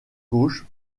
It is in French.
gauche